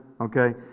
okay